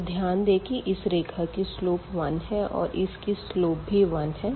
तो ध्यान दें की इस रेखा की स्लोप 1 है और इसकी सलोप भी 1 है